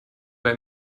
bei